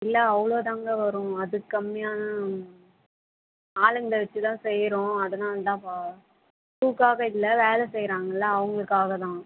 இல்லை அவ்வளோ தாங்க வரும் அதுக்கு கம்மியானா ஆளுங்களை வச்சி தான் செய்கிறோம் அதனால் தான் இப்போ பூக்காக இல்லை வேலை செய்கிறாங்கள அவங்களுக்காக தான்